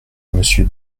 monsieur